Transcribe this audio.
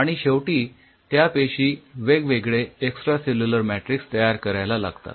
आणि शेवटी त्या पेशी वेगवेगळे एक्सट्रासेल्युलर मॅट्रिक्स तयार करायला लागतात